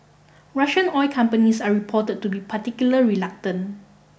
Russian oil companies are reported to be particularly reluctant